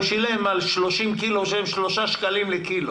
על 30 קילו הוא שילם שלושה שקלים לקילו